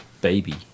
Baby